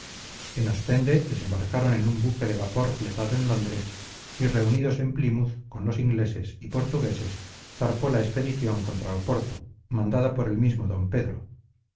en ostende les embarcaron en un buque de vapor fletado en londres y reunidos en plymouth con los ingleses y portugueses zarpó la expedición contra oporto mandada por el mismo d pedro